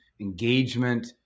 engagement